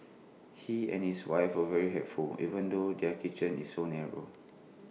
he and his wife are very helpful even though their kitchen is so narrow